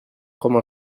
como